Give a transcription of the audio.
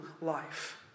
life